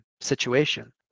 situation